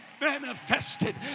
manifested